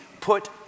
put